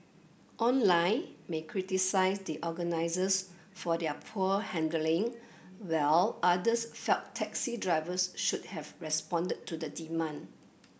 online may criticised the organisers for their poor handling while others felt taxi drivers should have responded to the demand